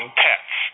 pets